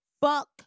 Fuck